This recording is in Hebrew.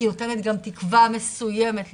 כי היא נותנת גם תקווה מסוימת לצדק.